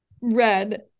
red